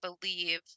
believe